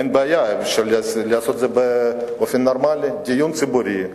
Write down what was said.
אין בעיה לעשות את זה באופן נורמלי: דיון ציבורי,